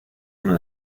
uno